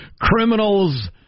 Criminals